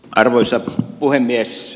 arvoisa puhemies